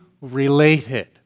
related